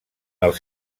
els